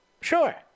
Sure